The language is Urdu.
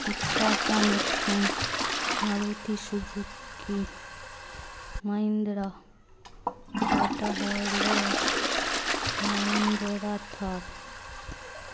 Tata Nexon Maruti Suzuki Mahindra Tata Harrier Mahindra Thar